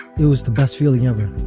it was the best feeling ever.